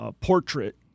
portrait